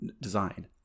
design